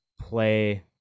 play